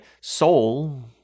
soul